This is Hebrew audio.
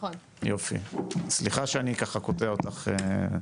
סליחה שאני ככה קוטע אותך.